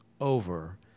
over